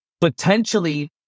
potentially